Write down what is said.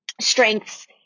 strengths